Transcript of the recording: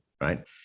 right